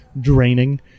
draining